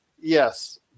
Yes